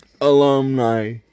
alumni